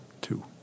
Two